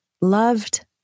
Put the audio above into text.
loved